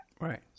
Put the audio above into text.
Right